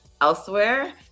elsewhere